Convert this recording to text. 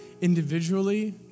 individually